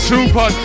Super